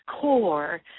core